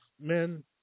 men